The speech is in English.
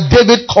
David